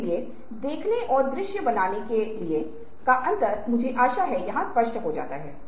इसलिए अस्पतालों में अक्सर रिपोर्टिंग होती है